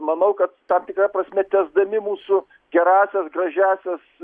manau kad tam tikra prasme tęsdami mūsų gerąsias gražiąsias